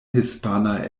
hispana